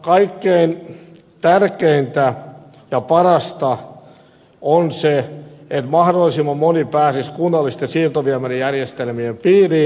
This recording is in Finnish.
kaikkein tärkeintä ja parasta olisi se että mahdollisimman moni pääsisi kunnallisten siirtoviemärijärjestelmien piiriin